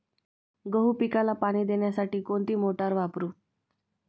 गहू पिकाला पाणी देण्यासाठी कोणती मोटार वापरू?